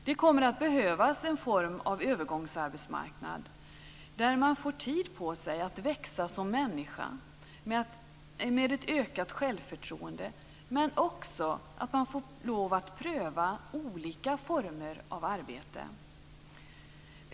Det kommer att behövas en form av övergångsarbetsmarknad där man får tid på sig att växa som människa, där man får ett ökat självförtroende men också får lov att pröva olika former av arbete.